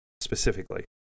specifically